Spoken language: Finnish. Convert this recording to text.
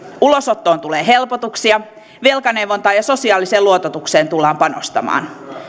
ulosottoon tulee helpotuksia velkaneuvontaan ja sosiaaliseen luototukseen tullaan panostamaan